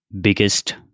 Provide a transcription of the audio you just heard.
biggest